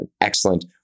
excellent